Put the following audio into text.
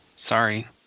sorry